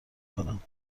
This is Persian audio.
کنم